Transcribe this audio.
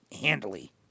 handily